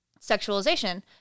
sexualization